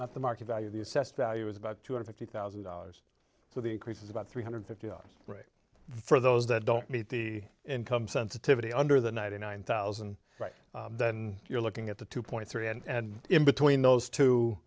the market value the assessed value is about two hundred fifty thousand dollars so the increase is about three hundred fifty dollars right for those that don't meet the income sensitivity under the ninety nine thousand right then you're looking at the two point three and in between those two